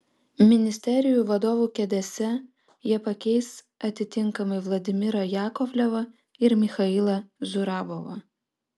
ministerijų vadovų kėdėse jie pakeis atitinkamai vladimirą jakovlevą ir michailą zurabovą